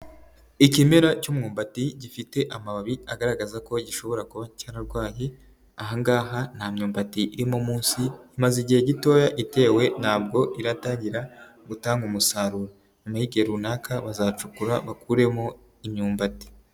Ikimera cy'umwumbati gifite amababi agaragaza ko gishobora kuba cyararwaye, ahangaha nta myumbati irimo munsi, imaze igihe gitoya itewe ntabwo iratangira gutanga umusaruro . Nyuma y'igihe runaka bazacukura bakuremo imyumbati.